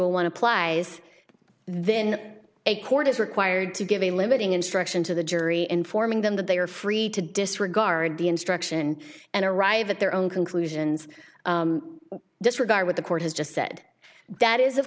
a one applies then a court is required to give a limiting instruction to the jury informing them that they are free to disregard the instruction and arrive at their own conclusions disregard what the court has just said that is of